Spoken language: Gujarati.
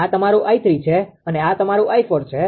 આ તમારું 𝑖3 છે અને આ તમારું 𝑖4 છે